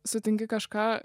sutinki kažką